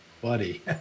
buddy